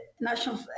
National